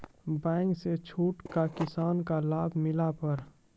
Bank से छूट का किसान का लाभ मिला पर?